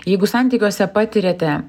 jeigu santykiuose patiriate